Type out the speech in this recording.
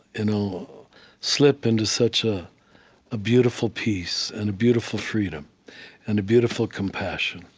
you know slip into such ah a beautiful peace and a beautiful freedom and a beautiful compassion.